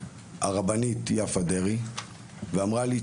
הרבנית יפה דרעי ואמרה לי,